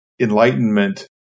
Enlightenment